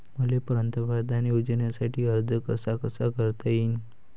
मले पंतप्रधान योजनेसाठी अर्ज कसा कसा करता येईन?